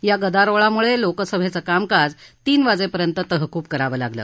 या गदारोळामुळे लोकसभेचं कामकाज तीन वाजेपर्यंत तहकूब करावं लागलं